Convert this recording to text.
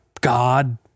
god